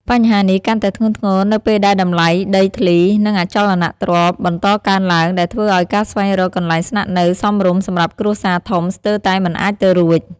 បញ្ហានេះកាន់តែធ្ងន់ធ្ងរនៅពេលដែលតម្លៃដីធ្លី និងអចលនទ្រព្យបន្តកើនឡើង ដែលធ្វើឱ្យការស្វែងរកកន្លែងស្នាក់នៅសមរម្យសម្រាប់គ្រួសារធំស្ទើរតែមិនអាចទៅរួច។